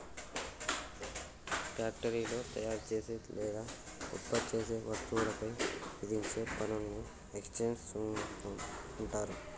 ఫ్యాక్టరీలో తయారుచేసే లేదా ఉత్పత్తి చేసే వస్తువులపై విధించే పన్నుని ఎక్సైజ్ సుంకం అంటరు